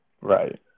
Right